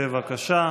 בבקשה.